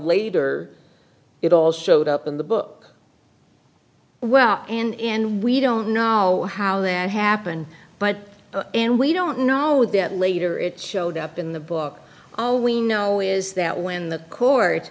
later it all showed up in the book well and we don't know how that happened but and we don't know that later it showed up in the book all we know is that when the court